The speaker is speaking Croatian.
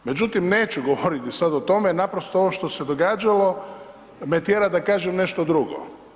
Međutim, neću govoriti sad o tome, naprosto ovo što se događalo me tjera da kažem nešto drugo.